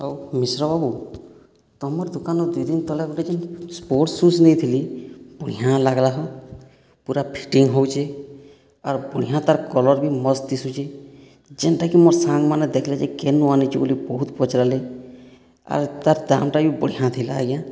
ଆଉ ମିଶ୍ର ବାବୁ ତମର୍ ଦୁକାନରୁ ଦୁଇ ଦିନ୍ ତଳେ ଗୁଟେ ଯେନ୍ ସ୍ପୋର୍ଟ ସୁ ନେଇଥିଲି ବଢ଼ିଆଁ ଲାଗ୍ଲା ହୋ ପୁରା ଫିଟିଂ ହେଉଛେ ଆର୍ ବଢ଼ିଆଁ ତାର୍ କଲର୍ ବି ମସ୍ତ ଦିଶୁଛେ ଯେନ୍ଟାକି ମୋର୍ ସାଙ୍ଗ୍ମାନେ ଦେଖଲେ ଯେ କେନ୍ନୁ ଆଣି ବୋଲି ବହୁତ ପଚାରିଲେ ଆଉ ତାର ଦାମଟା ବି ବଢ଼ିଆଁ ଥିଲା ଆଜ୍ଞା